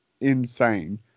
insane